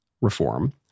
reform